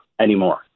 anymore